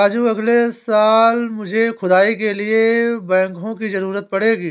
राजू अगले साल मुझे खुदाई के लिए बैकहो की जरूरत पड़ेगी